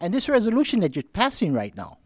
and this resolution that you're passing right now